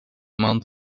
mount